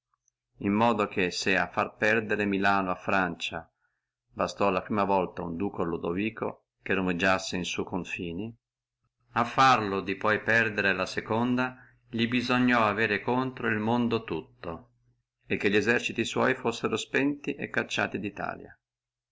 in modo che se a fare perdere milano a francia bastò la prima volta uno duca lodovico che romoreggiassi in su confini a farlo di poi perdere la seconda li bisognò avere contro el mondo tutto e che li eserciti sua fussino spenti